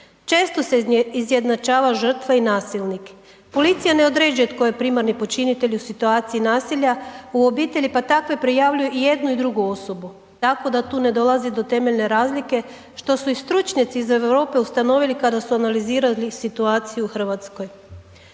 Često se izjednačava žrtva i nasilnik, policija ne određuje tko je primarni počinitelj u situaciji nasilja u obitelji, pa takve prijavljuju i jednu i drugu osobu, tako da tu ne dolazi do temeljne razlike, što su i stručnjaci iz Europe ustanovili kada su analizirali situaciju u RH. Nakon